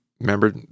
Remember